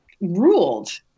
ruled